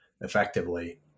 effectively